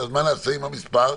מה נעשה עם המספר?